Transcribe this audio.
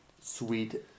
sweet